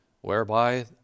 whereby